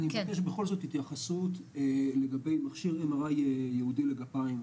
אני מבקש בכל זאת התייחסות לגבי מכשיר MRI ייעודי לגפיים.